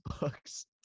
books